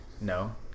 no